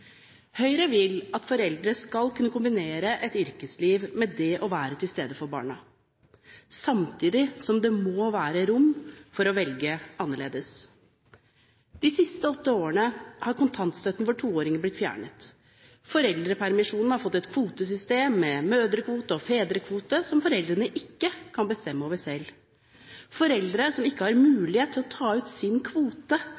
Høyre vil at foreldre skal kunne kombinere et yrkesliv med det å være til stede for barna, samtidig som det må være rom for å velge annerledes. De siste åtte årene har kontantstøtten for toåringer blitt fjernet. Foreldrepermisjonen har fått et kvotesystem – med mødrekvote og fedrekvote – som foreldrene ikke kan bestemme over selv. Foreldre som ikke har